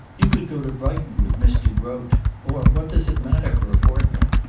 you could go to brighton with miss de groat or what does it matter for a fortnight?